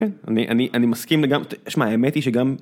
אני אני אני מסכים לגמרי שמה האמת היא שגם.